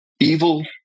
evil